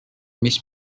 mis